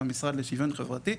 מהמשרד לשוויון חברתי,